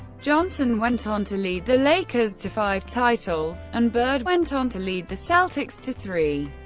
johnson went on to lead the lakers to five titles, and bird went on to lead the celtics to three.